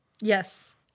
Yes